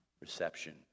reception